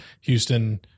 Houston